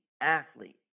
athlete